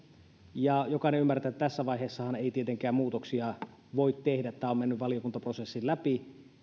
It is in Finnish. ja jokainen ymmärtää että tässä vaiheessahan ei tietenkään muutoksia voi tehdä tämä on mennyt valiokuntaprosessin läpi